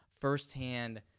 firsthand